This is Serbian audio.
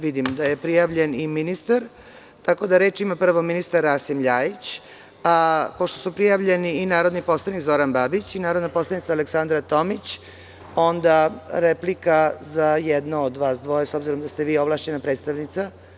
Vidim da je prijavljen i ministar, pa prvo on ima reč, a pošto su prijavljeni i narodni poslanik Zoran Babić i narodna poslanica Aleksandra Tomić, onda replika za jedno od vas dvoje, s obzirom da ste vi ovlašćena predstavnica.